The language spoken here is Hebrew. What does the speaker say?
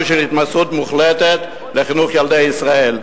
של התמסרות מוחלטת לחינוך ילדי ישראל.